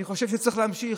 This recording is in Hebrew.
אני חושב שצריך להמשיך,